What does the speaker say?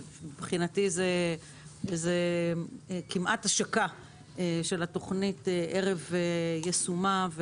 ומבחינתי זו כמעט השקה של התוכנית ערב יישומה,